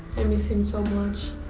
i miss him so much.